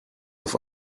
auf